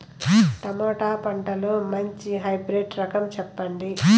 Tomato పంటలో మంచి hybrid రకం చెప్పండి?